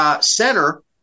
Center